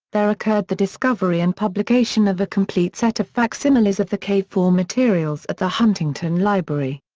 there occurred the discovery and publication of a complete set of facsimiles of the cave four materials at the huntington library.